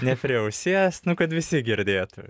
ne prie ausies nu kad visi girdėtų